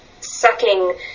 sucking